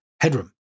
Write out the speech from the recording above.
headroom